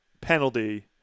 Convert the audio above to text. penalty